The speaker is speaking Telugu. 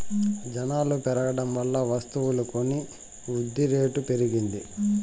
జనాలు పెరగడం వల్ల వస్తువులు కొని వృద్ధిరేటు పెరిగింది